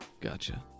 Gotcha